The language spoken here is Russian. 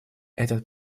этот